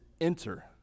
enter